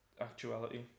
actuality